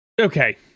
Okay